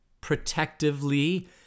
protectively